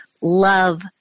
love